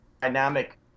dynamic